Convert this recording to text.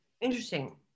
Interesting